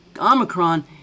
Omicron